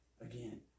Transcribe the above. Again